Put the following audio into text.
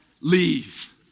leave